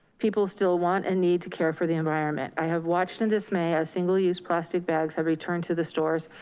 people still want and need to care for the environment. i have watched in dismay as single use plastic bags have returned to the stores